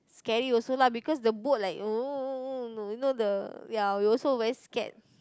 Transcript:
scary also lah because the boat like you know the ya we also very scared